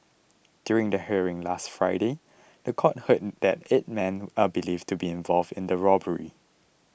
during the hearing last Friday the court heard that eight men are believed to be involved in the robbery